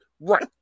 Right